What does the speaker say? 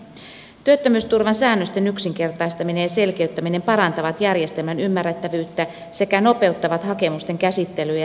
työttömyysturvan säännösten yksinkertaistaminen ja selkeyttäminen parantavat järjestelmän ymmärrettävyyttä sekä nopeuttavat hakemusten käsittelyä ja työttömyysturvan saantia